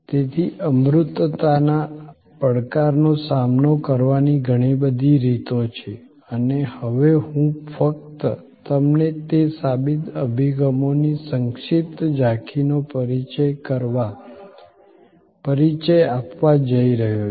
તેથી અમૂર્તતાના પડકારનો સામનો કરવાની ઘણી બધી રીતો છે અને હવે હું ફક્ત તમને તે સાબિત અભિગમોની સંક્ષિપ્ત ઝાંખીનો પરિચય આપવા જઈ રહ્યો છું